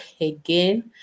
again